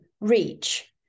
reach